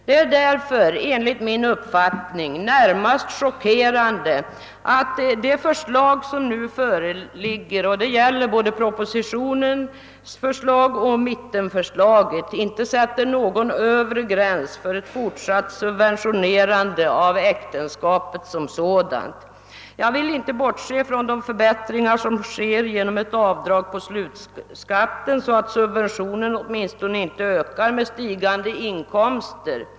Det är därför enligt min uppfattning närmast chockerande att det förslag som nu föreligger — det gäller både propositionen och mittenförslaget — inte sätter någon övre gräns för fortsatt subventionering av äktenskapet som sådant. Jag vill inte bortse från de förbättringar som sker genom avdrag på slutskatten, så att subventionen åtminstone inte ökar med stigande inkomster.